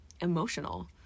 emotional